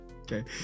okay